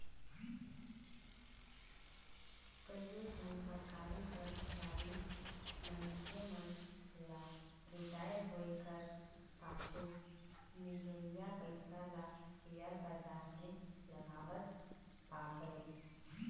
कइयो झन सरकारी करमचारी मइनसे मन ल रिटायर होए कर पाछू मिलोइया पइसा ल सेयर बजार में लगावत पाबे